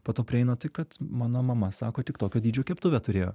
po to prieina tai kad mano mama sako tik tokio dydžio keptuvę turėjo